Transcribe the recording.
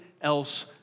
else